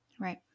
right